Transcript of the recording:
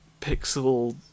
pixel